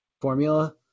formula